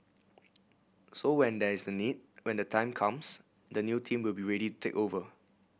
so when there is the need when the time comes the new team will be ready to take over